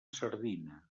sardina